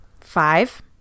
Five